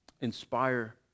inspire